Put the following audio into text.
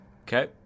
Okay